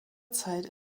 zeit